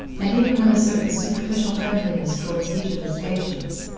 and even with a certain superficial friendliness towards each of his patients.